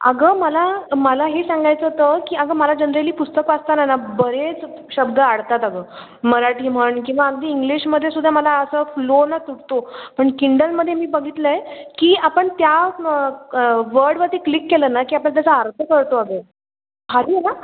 अगं मला मला हे सांगायचं होतं की अगं मला जनरली पुस्तक वाचताना ना बरेच शब्द अडतात अगं मराठी म्हण किंवा अगदी इंग्लिशमध्ये सुद्धा मला असं फ्लो ना तुटतो पण किंडलमध्ये मी बघितलं आहे की आपण त्या वर्डवरती क्लिक केलं ना की आपल्याला त्याचा अर्थ कळतो अगं भारी आहे ना